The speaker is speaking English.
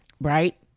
right